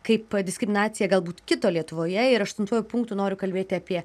kaip diskriminacija galbūt kito lietuvoje ir aštuntuoju punktu noriu kalbėti apie